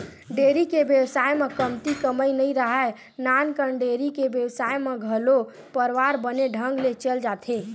dairy के बेवसाय म कमती कमई नइ राहय, नानकन डेयरी के बेवसाय म घलो परवार बने ढंग ले चल जाथे